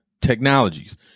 technologies